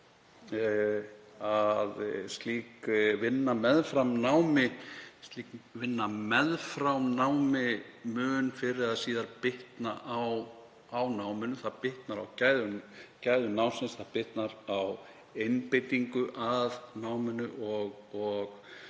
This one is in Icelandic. að slík vinna meðfram námi mun fyrr eða síðar bitna á náminu. Það bitnar á gæðum námsins, það bitnar á einbeitingu að náminu og